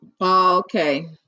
Okay